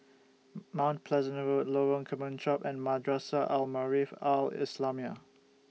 Mount Pleasant Road Lorong Kemunchup and Madrasah Al Maarif Al Islamiah